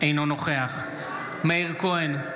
אינו נוכח מאיר כהן,